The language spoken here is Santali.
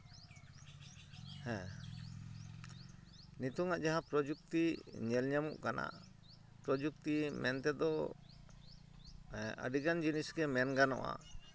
ᱦᱮᱸ ᱱᱤᱛᱳᱝᱟᱜ ᱡᱟᱦᱟᱸ ᱯᱨᱚᱡᱩᱠᱛᱤ ᱧᱮᱞ ᱧᱟᱢᱚᱜ ᱠᱟᱱᱟ ᱯᱨᱚᱡᱩᱠᱛᱤ ᱢᱮᱱᱛᱮᱫᱚ ᱟᱹᱰᱤᱜᱟᱱ ᱡᱤᱱᱤᱥ ᱜᱮ ᱢᱮᱱ ᱜᱟᱱᱚᱜᱼᱟ